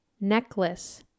necklace